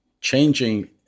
Changing